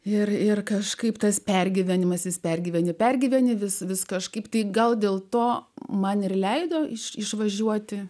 ir ir kažkaip tas pergyvenimas jis pergyveni pergyveni vis vis kažkaip tai gal dėl to man ir leido išvažiuoti